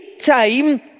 time